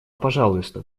пожалуйста